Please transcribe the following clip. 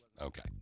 Okay